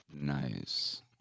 Nice